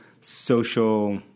Social